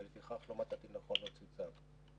ולפיכך לא מצאתי לנכון להוציא צו.